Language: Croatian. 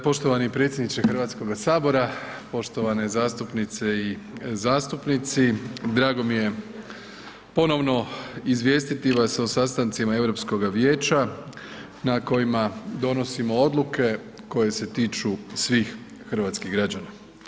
Poštovani predsjedniče Hrvatskoga sabora, poštovane zastupnice i zastupnici drago mi je ponovno izvijestiti vas o sastancima Europskoga vijeća na kojima donosimo odluke koje se tiču svih hrvatskih građana.